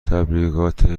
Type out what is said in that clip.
تبریکات